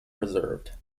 preserved